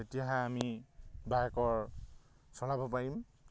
তেতিয়াহে আমি বাইকৰ চলাব পাৰিম